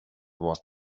was